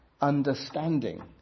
understanding